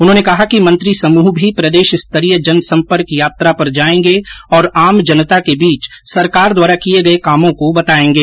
उन्होंने कहा कि मंत्री समूह भी प्रदेश स्तरीय जनसम्पर्क यात्रा पर जायेंगे और आम जनता के बीच सरकार द्वारा किये गए कामों को बतायेंगे